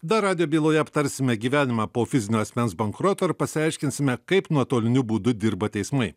dar radijo byloje aptarsime gyvenimą po fizinio asmens bankroto ir pasiaiškinsime kaip nuotoliniu būdu dirba teismai